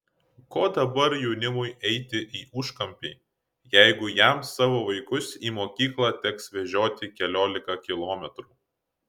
ko dabar jaunimui eiti į užkampį jeigu jam savo vaikus į mokyklą teks vežioti keliolika kilometrų